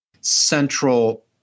central